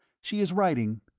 she is writing.